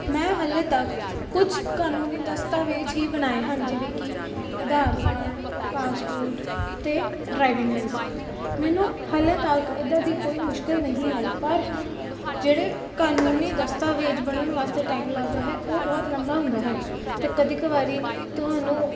ਮੈਂ ਹਜੇ ਤੱਕ ਕੁਝ ਕਾਨੂੰਨੀ ਦਸਤਾਵੇਜ਼ ਹੀ ਬਣਾਏ ਹਨ ਜਿਵੇਂ ਕਿ ਆਧਾਰ ਕਾਰਡ ਪਾਸਪੋਰਟ ਅਤੇ ਡਰਾਈਵਿੰਗ ਲਾਈਸੈਂਸ ਮੈਨੂੰ ਹਜੇ ਤੱਕ ਇੱਦਾਂ ਦੀ ਕੋਈ ਮੁਸ਼ਕਿਲ ਨਹੀਂ ਆਈ ਪਰ ਜਿਹੜੇ ਕਾਨੂੰਨੀ ਦਸਤਾਵੇਜ਼ ਬਣਨ ਵਾਸਤੇ ਟਾਈਮ ਲੱਗਦਾ ਹੈ ਉਹ ਬਹੁਤ ਲੰਬਾ ਹੁੰਦਾ ਹੈ ਅਤੇ ਕਦੇ ਕ ਵਾਰੀ ਤੁਹਾਨੂੰ